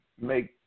make